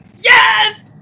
Yes